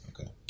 Okay